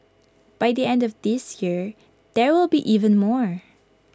by the end of this year there will be even more